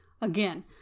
again